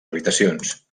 habitacions